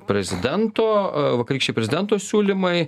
prezidento vakarykščiai prezidento siūlymai